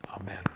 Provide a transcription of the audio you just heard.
Amen